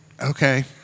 Okay